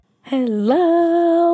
Hello